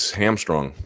hamstrung